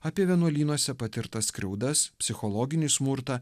apie vienuolynuose patirtas skriaudas psichologinį smurtą